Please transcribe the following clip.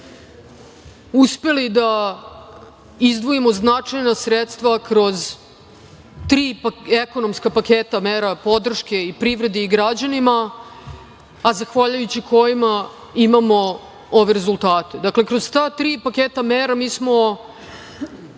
uspeli da izdvojimo značajna sredstva kroz tri ekonomska paketa, mera podrške i privredi i građanima, a zahvaljujući kojima imamo ove rezultate. Dakle, kroz ta tri paketa mera mi smo